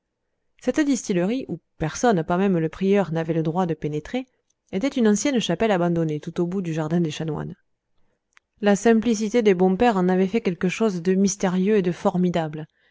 cette distillerie où personne pas même le prieur n'avait le droit de pénétrer était une ancienne chapelle abandonnée tout au bout du jardin des chanoines la simplicité des bons pères en avait fait quelque chose de mystérieux et de formidable